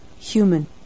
Human